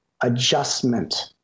adjustment